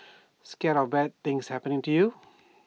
scared of bad things happening to you